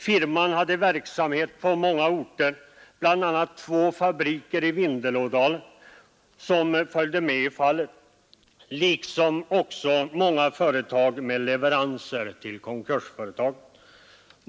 Firman hade verksamhet på många orter — bl.a. två fabriker i Vindelådalen — som följde med i fallet liksom också många företag med leveranser till konkursföretaget.